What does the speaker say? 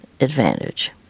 advantage